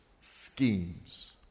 schemes